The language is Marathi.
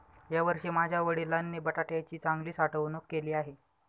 यावर्षी माझ्या वडिलांनी बटाट्याची चांगली साठवणूक केली आहे